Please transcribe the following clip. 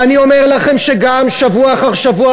ואני אומר לכם שגם שבוע אחר שבוע,